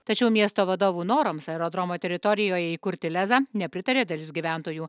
tačiau miesto vadovų norams aerodromo teritorijoje įkurti lezą nepritarė dalis gyventojų